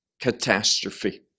catastrophe